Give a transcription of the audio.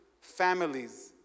families